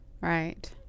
Right